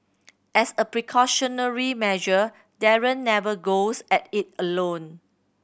as a precautionary measure Darren never goes at it alone